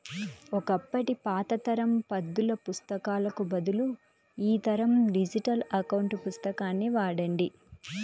ఒకప్పటి పాత తరం పద్దుల పుస్తకాలకు బదులు ఈ తరం డిజిటల్ అకౌంట్ పుస్తకాన్ని వాడండి